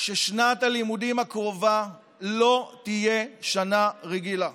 ששנת הלימודים הקרובה לא תהיה שנה רגילה.